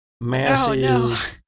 massive